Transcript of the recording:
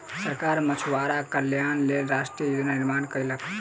सरकार मछुआरा कल्याणक लेल राष्ट्रीय योजना निर्माण कयलक